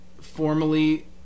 formally